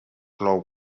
plou